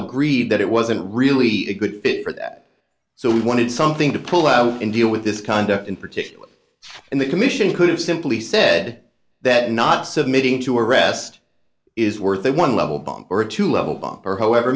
agreed that it wasn't really a good fit for that so we wanted something to pull out and deal with this conduct in particular and the commission could have simply said that not submitting to arrest is worth a one level bomb or a two level bomb or however